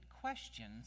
questions